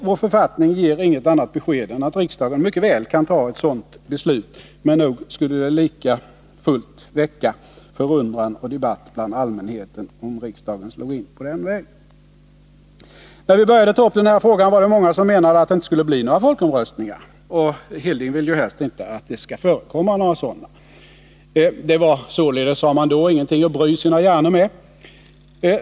Vår författning ger inget annat besked än att riksdagen mycket väl kan ta ett sådant beslut, men nog skulle det lika fullt väcka förundran och debatt bland allmänheten om riksdagen slog in på den vägen. När vi började ta upp den här frågan var det många som menade att det inte skulle bli några fler folkomröstningar, och Hilding Johansson vill ju helst inte att det skall förekomma några sådana. Det var, sade man då, ingenting att bry sina hjärnor med.